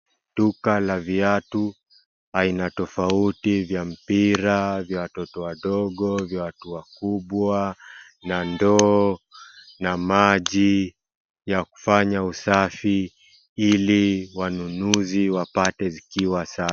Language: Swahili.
Duka la viatu aina tofauti tofauti vya watoto wadogo vya watu wakubwa na ndo na maji ya kufanya usafi ili wanunuzi wapate zikiwa safi .